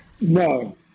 No